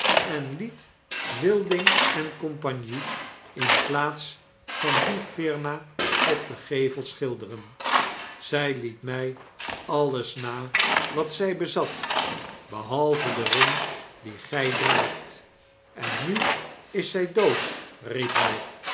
en liet wilding en cie in plaats van die firma op den gevel schilderen zj liet mij alles na wat zij bezat behalveden ring dien gy draagt en nu is zy dood riep hy